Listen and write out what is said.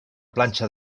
planxa